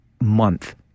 month